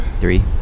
Three